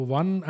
one